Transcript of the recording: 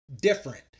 different